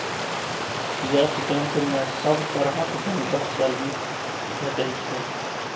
yes Bank मे सब तरहक बैंकक सर्विस भेटै छै